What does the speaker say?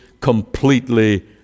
completely